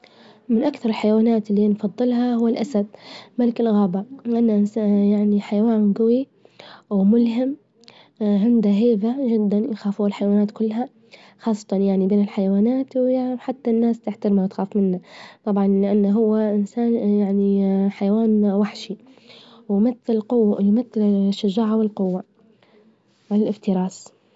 من أكثر الحيوانات إللي نفظلها، هوالأسد، ملك الغابة، إنه إن- حيوان قوي وملهم، عنده هيبة جدا يخافوه الحيوانات كلها خاصة بين الحيوانات، وحتى الناس تحترمه وتخاف منه، طبعاً لأنه هو إنس- حيوان وحشي، ويمثل الشجاعة، والقوة، والافتراس.